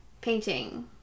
painting